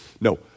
No